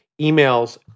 emails